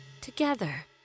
together